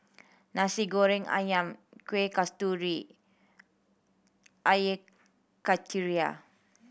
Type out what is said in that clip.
Nasi Goreng Ayam Kueh Kasturi Air Karthira